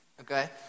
okay